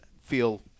feel